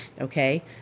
okay